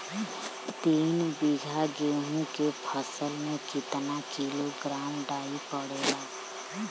तीन बिघा गेहूँ के फसल मे कितना किलोग्राम डाई पड़ेला?